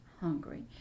hungry